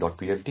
got